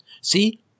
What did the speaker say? see